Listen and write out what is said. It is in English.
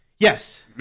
Yes